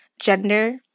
gender